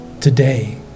Today